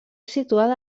situada